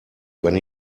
when